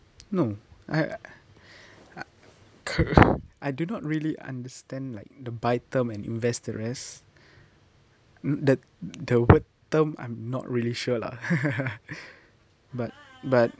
no I cu~ I do not really understand like the buy term and invest the rest the the word term I'm not really sure lah but but